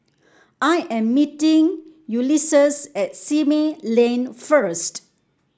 I am meeting Ulises at Simei Lane first